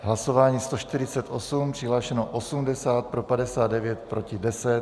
Hlasování 148, přihlášeno 80, pro 59, proti 10.